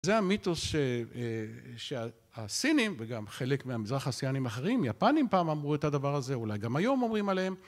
זה המיתוס שהסינים, וגם חלק מהמזרח אסיאנים האחרים, יפנים פעם אמרו את הדבר הזה, אולי גם היום אומרים עליהם...